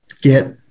get